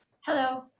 Hello